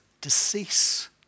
decease